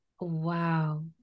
Wow